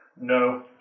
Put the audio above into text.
No